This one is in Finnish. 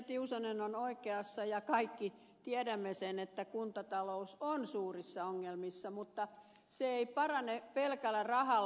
tiusanen on oikeassa ja kaikki tiedämme sen että kuntatalous on suurissa ongelmissa mutta se ei parane pelkällä rahalla